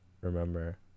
remember